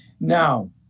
now